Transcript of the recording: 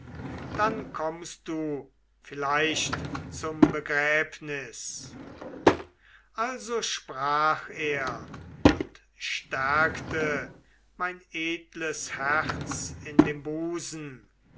dann kommst du vielleicht zum begräbnis also sprach er und stärkte mein edles herz in dem busen